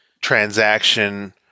transaction